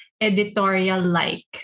editorial-like